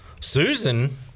susan